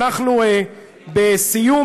אנחנו בסיום,